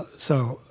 so,